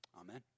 Amen